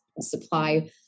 supply